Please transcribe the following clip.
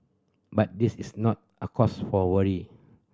but this is not a cause for worry